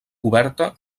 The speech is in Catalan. coberta